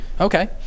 Okay